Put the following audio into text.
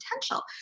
potential